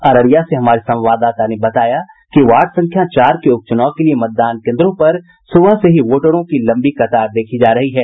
अररिया से हमारे संवाददाता ने बताया कि वार्ड संख्या चार के उपचुनाव के लिए मतदान केन्द्रों पर सुबह से ही वोटरों की लम्बी कतार देखी जा रही है